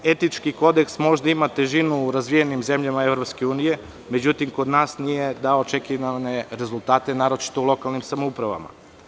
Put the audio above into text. Etički kodeks možda ima težinu u razvijenim zemljama EU, međutim, kod nas nije dao očekivane rezultate, naročito u lokalnim samoupravama.